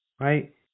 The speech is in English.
right